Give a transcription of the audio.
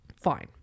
Fine